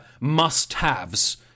must-haves